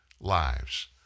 lives